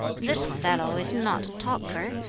this fellow is not a talker,